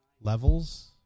levels